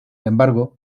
embargo